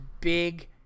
big